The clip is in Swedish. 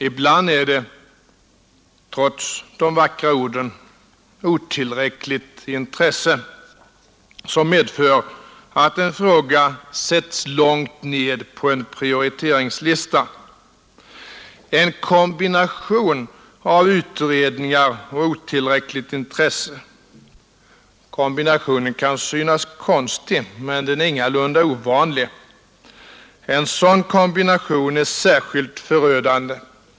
Ibland är det — trots de vackra orden — otillräckligt intresse som medför att en fråga sätts långt ned på en prioriteringslista. En kombination av utredningar och otillräckligt intresse — kombinationen kan synas konstig men den är ingalunda ovanlig — är särskilt förödande.